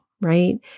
right